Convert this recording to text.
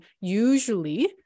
usually